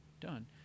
done